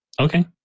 Okay